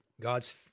God's